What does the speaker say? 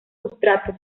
sustrato